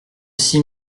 six